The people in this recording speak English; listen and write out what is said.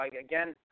again